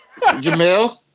Jamil